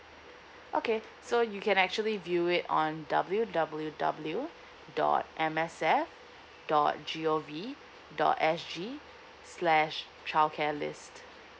okay so you can actually view it on W W W dot M S F dot G O V dot S G slash childcare list